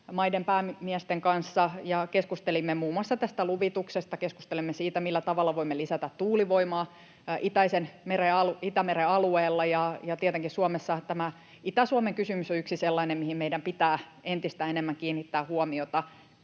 maiden päämiesten kanssa ja keskustelimme muun muassa tästä luvituksesta ja keskustelimme siitä, millä tavalla voimme lisätä tuulivoimaa Itämeren alueella ja tietenkin Suomessa. Tämä Itä-Suomen kysymys on yksi sellainen, mihin meidän pitää entistä enemmän kiinnittää huomiota.